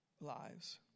lives